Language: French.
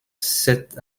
cette